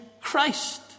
Christ